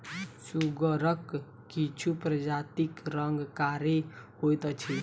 सुगरक किछु प्रजातिक रंग कारी होइत अछि